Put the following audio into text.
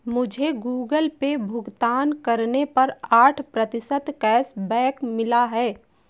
मुझे Google Pay भुगतान करने पर आठ प्रतिशत कैशबैक मिला है